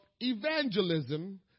Evangelism